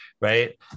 right